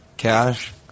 Cash